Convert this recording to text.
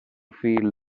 fil